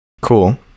Cool